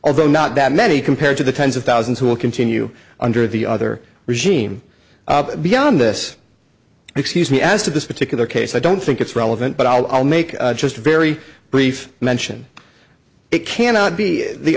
although not that many compared to the tens of thousands who will continue under the other regime beyond this excuse me as to this particular case i don't think it's relevant but i'll make just a very brief mention it cannot be the